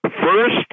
First